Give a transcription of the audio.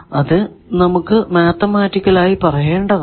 അത് നമുക്ക് മാത്തമറ്റിക്കൽ ആയി പറയേണ്ടതാണ്